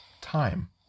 Time